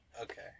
okay